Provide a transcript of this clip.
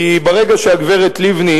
כי ברגע שהגברת לבני,